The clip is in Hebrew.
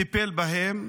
טיפל בהם.